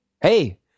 Hey